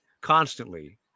constantly